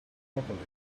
properly